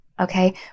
Okay